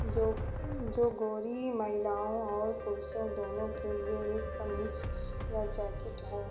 जो जोगोरी महिलाओं और पुरुषों दोनों के लिए एक कमीज़ या जैकेट है